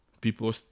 people